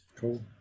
cool